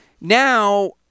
now –